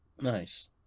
Nice